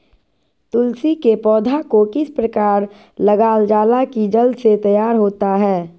तुलसी के पौधा को किस प्रकार लगालजाला की जल्द से तैयार होता है?